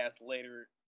later